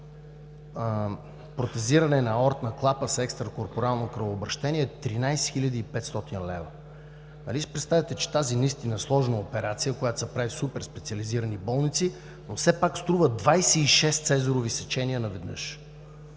протезиране на аортна клапа с екстракорпорално кръвообращение – 13 хил. 500 лв. Нали си представяте, че тази наистина сложна операция, която се прави в суперспециализирани болници, но все пак струва 26 цезарови сечения наведнъж?!